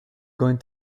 going